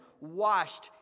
washed